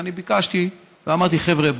ואני ביקשתי ואמרתי: חבר'ה,